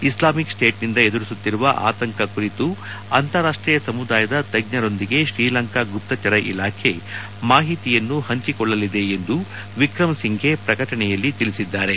Islamic State ನಿಂದ ಎದುರಿಸುತ್ತಿರುವ ಆತಂಕ ಕುರಿತು ಅಂತಾರಾಷ್ಟೀಯ ಸಮುದಾಯದ ತಜ್ಞರೊಂದಿಗೆ ಶ್ರೀಲಂಕಾ ಗುಪ್ತಚರ ಇಲಾಬೆ ಮಾಹಿತಿಯನ್ನು ಹಂಚಿಕೊಳ್ಳಲಿದೆ ಎಂದು ವಿಕ್ರೆಮ ಸಿಂಫೆ ಪ್ರಕಟಣೆಯಲ್ಲಿ ತಿಳಿಸಿದ್ದಾರೆ